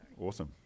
Awesome